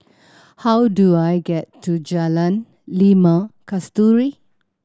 how do I get to Jalan Limau Kasturi